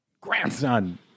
Grandson